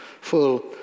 full